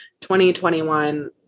2021